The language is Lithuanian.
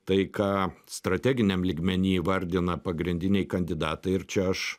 tai ką strateginiam lygmeny įvardina pagrindiniai kandidatai ir čia aš